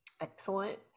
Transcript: Excellent